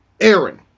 Aaron